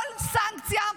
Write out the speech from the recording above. כל סנקציה,